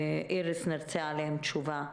איריס, נרצה על כך תשובה.